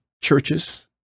churches